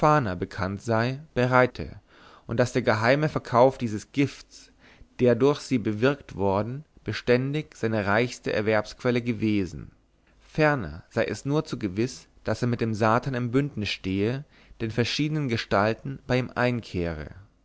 bekannt sei bereite und daß der geheime verkauf dieses gifts der durch sie bewirkt worden beständig seine reichste erwerbsquelle gewesen ferner sei es nur zu gewiß daß er mit dem satan im bündnis stehe der in verschiedenen gestalten bei ihm einkehre